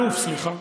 אלוף, סליחה,